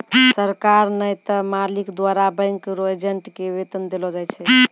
सरकार नै त मालिक द्वारा बैंक रो एजेंट के वेतन देलो जाय छै